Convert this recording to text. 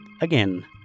again